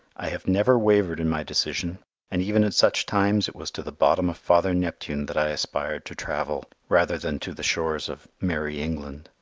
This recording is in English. i have never wavered in my decision and even at such times it was to the bottom of father neptune that i aspired to travel rather than to the shores of merrie england.